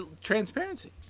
transparency